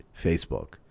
Facebook